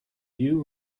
you